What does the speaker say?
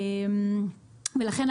ולכן,